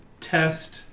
test